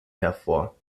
hervor